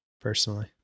personally